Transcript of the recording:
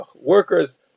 Workers